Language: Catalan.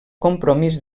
compromís